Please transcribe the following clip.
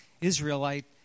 Israelite